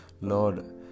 Lord